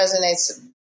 resonates